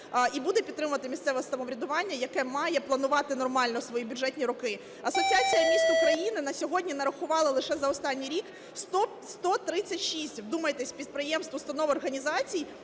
і буде підтримувати місцеве самоврядування, яке має планувати нормально свої бюджетні роки. Асоціація міст України на сьогодні нарахувала лише за останній рік 136, вдумайтесь, підприємств, установ, організацій,